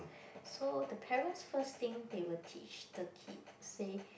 so the parents first thing they will teach the kid say